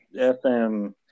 FM